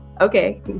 Okay